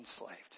enslaved